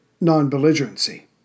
non-belligerency